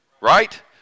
Right